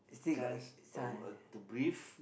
chance uh uh to breathe